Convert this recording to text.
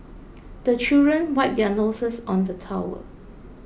the children wipe their noses on the towel